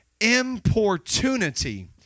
importunity